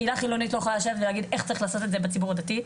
קהילה חילונית לא יכולה לשבת ולהגיד איך צריך לעשות את זה בציבור הדתי,